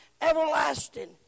everlasting